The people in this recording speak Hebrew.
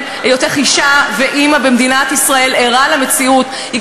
היותך אישה ואימא שערה למציאות במדינת ישראל.